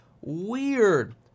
weird